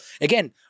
Again